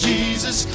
Jesus